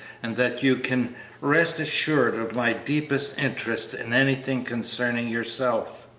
and that you can rest assured of my deepest interest in anything concerning yourself.